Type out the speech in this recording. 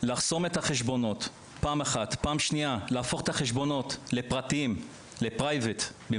לחסום את החשבונות ולהפוך אותם לפרטיים, אני